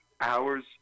hours